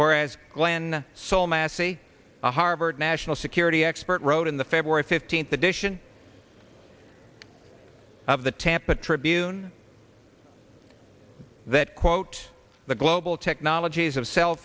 whereas glenn so massy a harvard national security expert wrote in the february fifteenth edition of the tampa tribune that quote the global technologies of cell